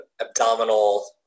abdominal